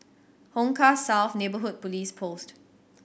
Hong Kah South Neighbourhood Police Post